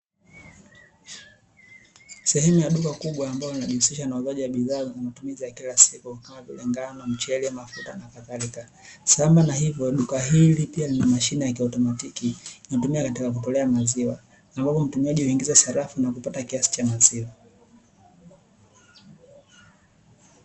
Sehemu ya duka kubwa ambalo linajihusisha na uuzaji wa bidhaa za matumizi ya kila siku kama vile ngano, mchele, mafuta, na kadhalika. Sambamba na hivyo, duka hili pia lina mashine ya kiautomatiki inayotumika katika kutolea maziwa, ambapo mtumiaji huingiza sarafu na kupata kiasi cha maziwa.